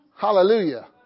Hallelujah